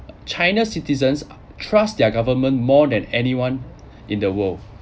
china citizens trust their government more than anyone in the world